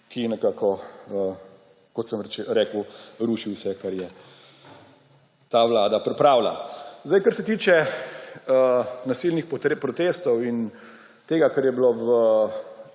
ki nekako, kot sem rekel, ruši vse, kar je ta vlada pripravila. Kar se tiče nasilnih protestov in tega, kar je bilo v